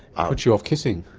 ah puts you off kissing.